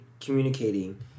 communicating